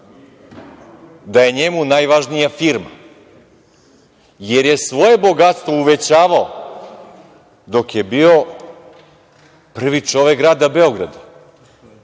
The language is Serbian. da je njemu najvažnija firma, jer je svoje bogatstvo uvećavao dok je bio prvi čovek grada Beograda.